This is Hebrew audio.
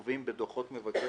ארגון שכולל אלפי